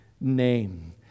name